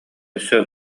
өссө